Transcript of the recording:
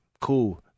Cool